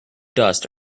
dust